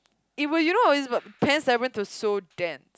it will you know all these but Pan's Labyrinth was so damn